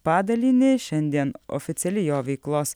padalinį šiandien oficiali jo veiklos